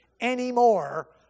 anymore